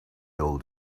old